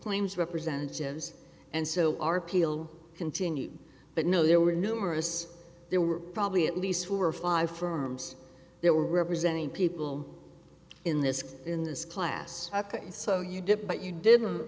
claims representatives and so our peel continued but no there were numerous there were probably at least four or five firms that were representing people in this case in this class and so you did but you didn't